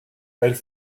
elles